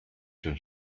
schon